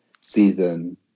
season